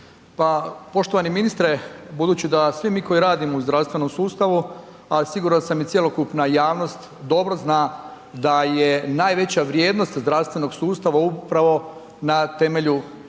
Pa poštovani ministre, budući da svi mi koji radimo u zdravstvenom sustavu a siguran sam i cjelokupna javnost dobro zna da je najveća vrijednost zdravstvenog sustava upravo na temelju